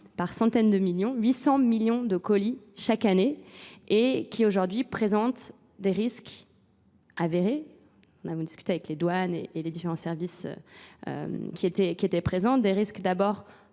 par centaines de millions, 800 millions de colis chaque année et qui aujourd'hui présentent des risques avérés, on a beaucoup discuté avec les douanes et les différents services qui étaient présents, des risques d'abord